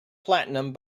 platinum